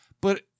but-